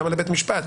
למה לבית המשפט?